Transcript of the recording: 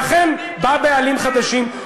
ואכן בא בעלים חדשים,